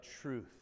truth